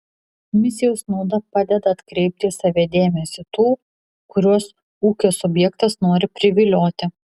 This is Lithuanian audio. misijos nauda padeda atkreipti į save dėmesį tų kuriuos ūkio subjektas nori privilioti